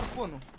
one